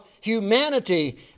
humanity